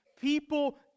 People